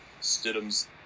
Stidham's